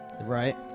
Right